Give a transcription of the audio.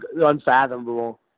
Unfathomable